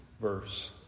verse